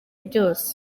byose